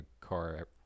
car